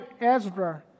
Ezra